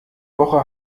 woche